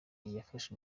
yafashe